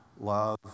love